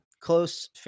close